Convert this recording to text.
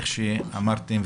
כמו שאמרתם,